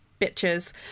bitches